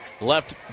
left